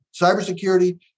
cybersecurity